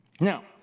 Now